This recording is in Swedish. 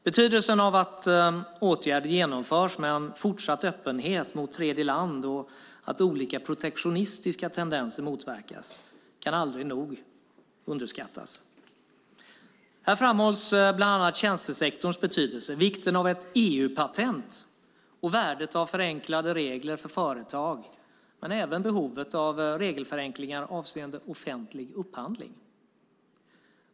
Betydelsen av att åtgärder genomförs med fortsatt öppenhet mot tredjeland och att olika protektionistiska tendenser motverkas kan aldrig överskattas. Här framhålls bland annat tjänstesektorns betydelse, vikten av ett EU-patent och värdet av förenklade regler för företag men även behovet av regelförenklingar avseende offentlig upphandling.